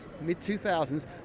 mid-2000s